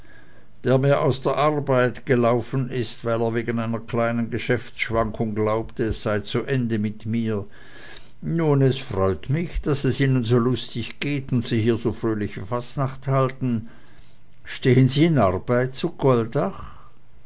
der mir aus der arbeit gelaufen ist weil er wegen einer kleinen geschäftsschwankung glaubte es sei zu ende mit mir nun es freut mich daß es ihnen so lustig geht und sie hier so fröhliche fastnacht halten stehen sie in arbeit zu goldach